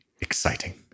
exciting